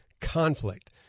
conflict